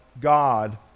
God